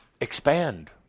expand